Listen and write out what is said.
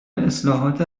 اصلاحات